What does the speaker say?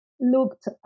looked